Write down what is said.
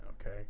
okay